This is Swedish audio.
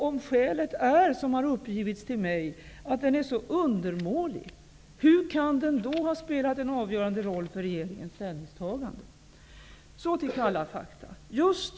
Om skälet är, som har uppgivits till mig, att den är så undermålig, hur kan den då ha spelat en avgörande roll för regeringens ställningstagande? Så till kalla fakta.